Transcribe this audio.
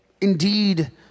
indeed